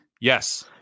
Yes